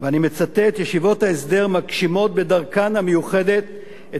"ישיבות ההסדר מגשימות בדרכן המיוחדת את